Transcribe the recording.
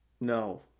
No